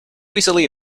easily